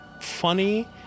funny